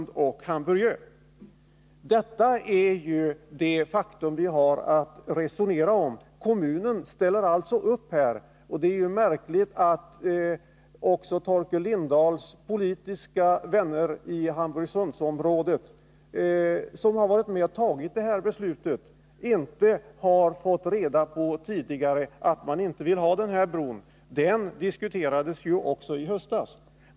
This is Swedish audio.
Detta är ju de fakta vi har att resonera om. Kommunen ställer alltså upp här. Det är märkligt att också Torkel Lindahls politiska vänner i Hamburgsundsområdet, som har varit med om att fatta det här beslutet, inte tidigare har fått reda på att man inte vill ha den här bron — den frågan diskuterades ju också i höstas.